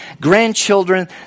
grandchildren